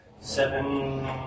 Seven